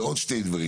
ועוד שני דברים,